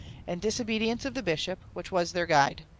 and disobedience of the bishop, which was their guide.